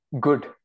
good